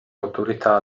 autorità